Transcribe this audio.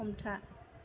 हमथा